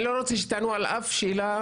אני לא רוצה שתענו עכשיו על אף שאלה.